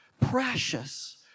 precious